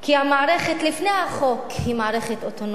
כי המערכת לפני החוק היא מערכת אוטונומית,